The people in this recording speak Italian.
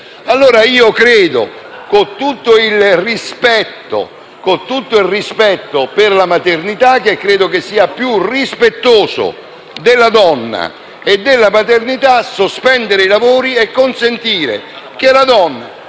all'allattamento. Con tutto il rispetto per la maternità, credo che sia più rispettoso della donna e della paternità sospendere i lavori e consentire che la donna,